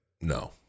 No